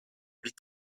huit